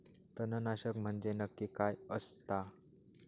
तणनाशक म्हंजे नक्की काय असता?